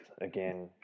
again